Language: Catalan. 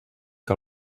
que